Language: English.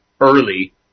early